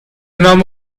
نام